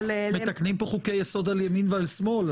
מתקנים פה חוקי יסוד על ימין ועל שמאל,